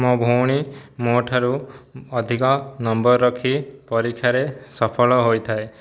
ମୋ ଭଉଣୀ ମୋ ଠାରୁ ଅଧିକ ନମ୍ବର ରଖି ପରୀକ୍ଷାରେ ସଫଳ ହୋଇଥାଏ